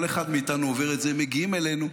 כל אחד מאיתנו עובר את זה, מגיעים אלינו.